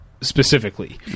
specifically